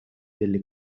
delle